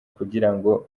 kugirango